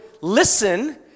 listen